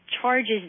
charges